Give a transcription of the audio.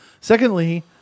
Secondly